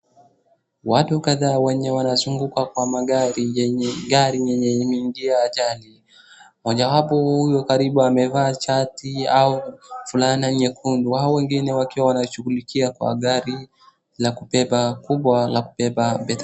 Watu kadhaa wenye wanazunguka kwa magari yenye gari yenye imeingia ajali. Mojawapo huyo karibu amevaa shati au fulana nyekundu hao wengine wakiwa wanashughulikia kwa gari kubwa la kubeba.